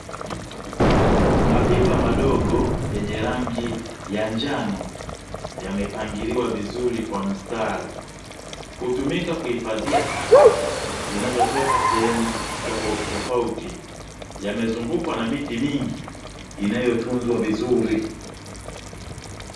Mapipa madogo yenye rangi ya njano yamepangiliwa vizuri kwa mstari hutumika kuhifadhia taka zinazotoka sehemu tofauti tofauti yamezungukwa na miti mingi inayotunzwa vizuri.